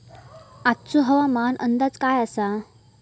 आजचो हवामान अंदाज काय आसा?